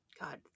God